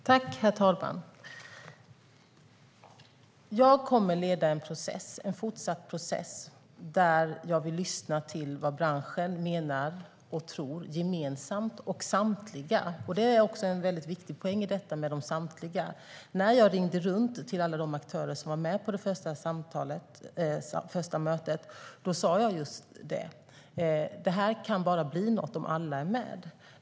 Herr talman! Jag kommer att leda en fortsatt process där jag vill lyssna på vad samtliga i branschen gemensamt menar och tror. Detta med samtliga är en viktig poäng. När jag ringde runt till alla de aktörer som var med på det första mötet sa jag just det - att det här bara kan bli något om alla är med.